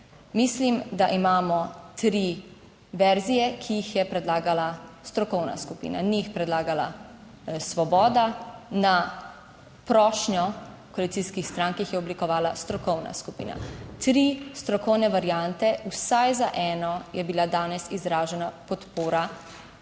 Mislim, da imamo tri verzije, ki jih je predlagala strokovna skupina, ni jih predlagala Svoboda, na prošnjo koalicijskih strank jih je oblikovala strokovna skupina. Tri strokovne variante. Vsaj za eno je bila danes izražena podpora,